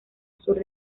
sur